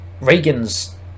Reagan's